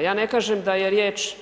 Ja ne kažem da je riječ